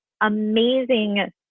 amazing